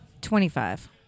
Twenty-five